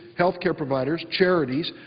health care providers, charities,